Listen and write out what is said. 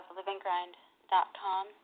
LivingGrind.com